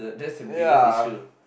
ya